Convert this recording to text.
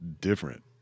different